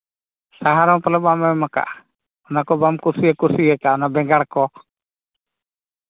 ᱥᱟᱦᱟᱨ ᱦᱚᱸ ᱯᱟᱞᱮᱫ ᱵᱟᱢ ᱮᱢ ᱠᱟᱜᱼᱟ ᱚᱱᱟᱠᱚ ᱵᱟᱢ ᱠᱩᱥᱤ ᱠᱩᱥᱤᱭᱟᱠᱟᱜ ᱚᱱᱟ ᱵᱮᱸᱜᱟᱲ ᱠᱚ